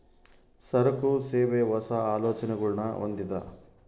ಸರಕು, ಸೇವೆ, ಹೊಸ, ಆಲೋಚನೆಗುಳ್ನ ಹೊಂದಿದ